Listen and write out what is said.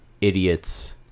idiots